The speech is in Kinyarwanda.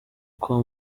kwa